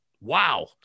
Wow